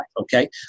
okay